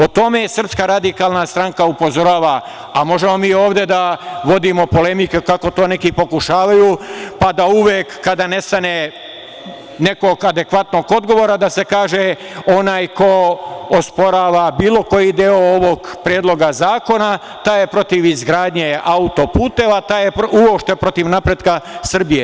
O tome SRS upozorava, a možemo ovde da vodimo polemike, kako to neki ovde pokušavaju, pa da uvek kada nestane nekog adekvatnog odgovora da se kaže da onaj ko osporava bilo koji deo ovog predloga zakona taj je protiv izgradnje autoputeva, uopšte protiv napretka Srbije.